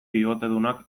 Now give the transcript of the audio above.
bibotedunak